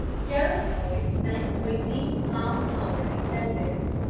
joe's voice sank to a deep, solemn tone as he said this,